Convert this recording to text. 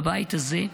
בבית הזה,